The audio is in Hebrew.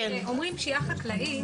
כשאומרים פשיעה חקלאית,